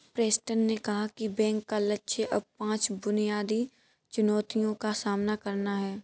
Preston ने कहा कि बैंक का लक्ष्य अब पांच बुनियादी चुनौतियों का सामना करना है